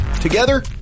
Together